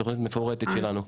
התוכנית המפורטת שלנו.